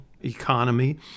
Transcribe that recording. economy